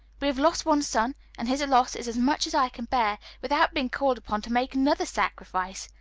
we have lost one son, and his loss is as much as i can bear, without being called upon to make another sacrifice,